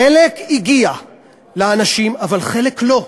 חלק הגיע לאנשים, אבל חלק לא.